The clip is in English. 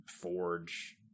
forge